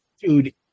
Dude